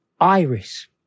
iris